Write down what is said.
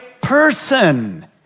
person